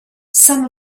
some